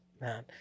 man